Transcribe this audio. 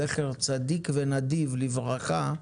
זכר צדיק ונדיב לברכה,